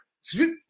sweet